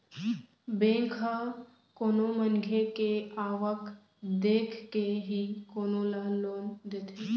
bank ह कोनो मनखे के आवक देखके ही कोनो ल लोन देथे